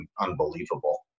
unbelievable